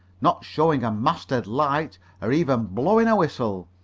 not showing a masthead light or even blowing a whistle.